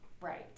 Right